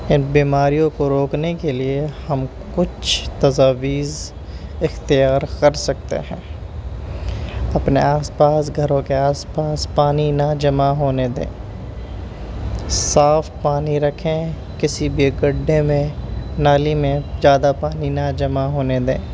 ان بیماریوں کو روکنے کے لیے ہم کچھ تجاویز اختیار کر سکتے ہیں اپنے آس پاس گھروں کے آس پاس پانی نہ جمع ہونے دیں صاف پانی رکھیں کسی بھی گڈھے میں نالی میں زیادہ پانی نہ جمع ہونے دیں